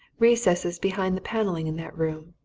recesses behind the panelling in that room.